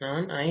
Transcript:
நான் 5